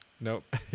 Nope